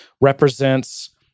represents